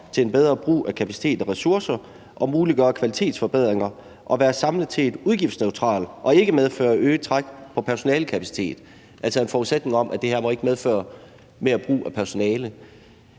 til en bedre brug af kapacitet og ressourcer og muliggøre kvalitetsforbedringer, og være samlet set udgiftsneutrale og ikke medføre øget træk på personalekapacitet.« Der er altså en forudsætning om, at det her ikke må medføre mere brug af personale.